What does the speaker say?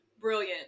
Brilliant